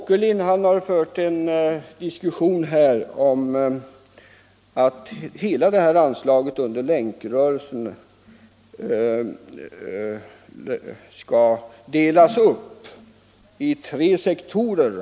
Herr Åkerlind har här talat för att hela anslaget Bidrag till Länkrörelsen m.m. skall delas upp i tre sektorer.